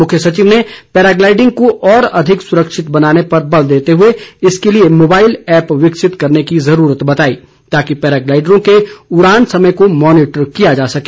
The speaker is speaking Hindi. मुख्य सचिव ने पैराग्लाईडिंग को और अधिक सुरक्षित बनाने पर बल देते हुए इसके लिए मोबाईल ऐप्प विकसित करने की जरूरत बताई ताकि पैराग्लाईडरों के उड़ान समय को मॉनिटर किया जा सके